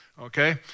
okay